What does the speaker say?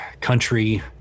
country